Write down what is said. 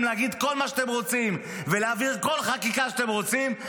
להגיד כל מה שאתם רוצים ולהעביר כל חקיקה שאתם רוצים,